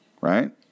right